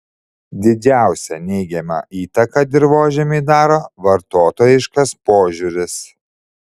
didžiausią neigiamą įtaką dirvožemiui daro vartotojiškas požiūris